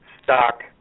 Stock